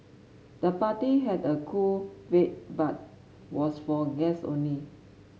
the party had a cool vibe but was for guests only